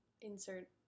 insert